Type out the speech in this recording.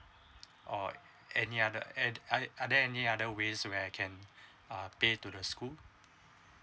or any other apps are are there any other ways where I can uh pay to the school